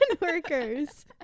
workers